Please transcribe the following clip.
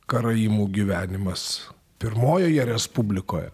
karaimų gyvenimas pirmojoje respublikoj